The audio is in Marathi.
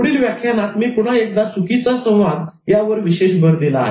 पुढील व्याख्यानात मी पुन्हा एकदा 'चुकीचा संवाद' यावर विशेष भर दिला आहे